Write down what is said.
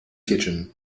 kitchen